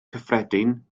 cyffredin